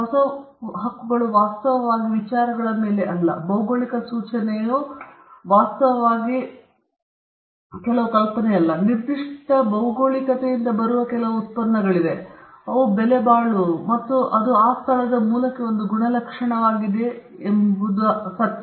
ಹೊಸ ಹಕ್ಕುಗಳು ವಾಸ್ತವವಾಗಿ ವಿಚಾರಗಳ ಮೇಲೆ ಅಲ್ಲ ಭೌಗೋಳಿಕ ಸೂಚನೆಯು ವಾಸ್ತವವಾಗಿ ಕೆಲವು ಕಲ್ಪನೆಯಲ್ಲ ನಿರ್ದಿಷ್ಟ ಭೌಗೋಳಿಕತೆಯಿಂದ ಬರುವ ಕೆಲವು ಉತ್ಪನ್ನಗಳಿವೆ ಅವು ಬೆಲೆಬಾಳುವವು ಮತ್ತು ಅದು ಆ ಸ್ಥಳದ ಮೂಲಕ್ಕೆ ಒಂದು ಗುಣಲಕ್ಷಣವಾಗಿದೆ ಎಂಬುದು ಸತ್ಯ